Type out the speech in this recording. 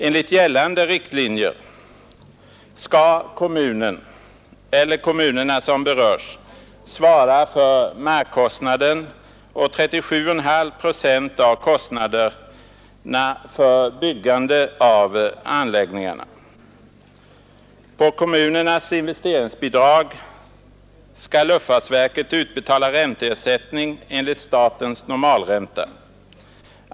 Enligt gällande riktlinjer skall kommunen eller kommunerna som berörs svara för markkostnaden och 37,5 procent av kostnaderna för byggande av anläggningar. På kommunernas investeringsbidrag skall luftfartsverket utbetala ränteersättning enligt statens normalränta.